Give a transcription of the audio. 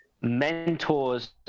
mentors